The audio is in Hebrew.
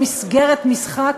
במסגרת משחק,